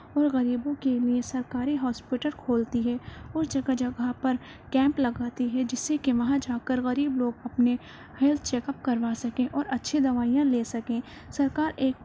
اور غریبوں کے لئے سرکاری ہاسپیٹل کھولتی ہے اس جگہ جگہ پر کیمپ لگاتی ہے جس سے کہ وہاں جا کر غریب لوگ اپنے ہیلتھ چیک اپ کروا سکیں اور اچھی دوائیاں لے سکیں سرکار ایک